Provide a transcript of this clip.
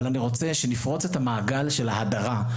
אני רוצה שנפרוץ את המעגל של ההדרה,